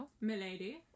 Milady